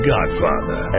Godfather